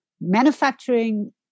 manufacturing